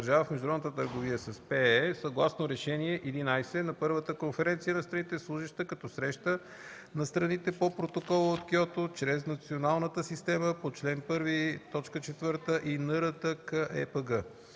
държава в международната търговия с ПЕЕ съгласно Решение 11 на първата Конференция на страните, служеща като среща на страните по Протокола от Киото чрез националната система по чл. 1, т. 4 и НРТКЕПГ.”